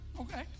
okay